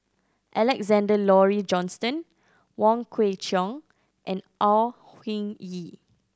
Alexander Laurie Johnston Wong Kwei Cheong and Au Hing Yee